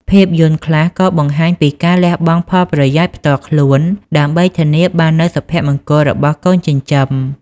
ភាពយន្តខ្លះក៏បង្ហាញពីការលះបង់ផលប្រយោជន៍ផ្ទាល់ខ្លួន ដើម្បីធានាបាននូវសុភមង្គលរបស់កូនចិញ្ចឹម។